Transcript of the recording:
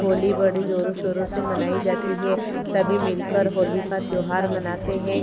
होली बड़ी जोरों शोरों से मनाई जाती है सभी मिल कर होली का त्योहार मनाते हैं